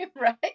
right